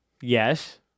Yes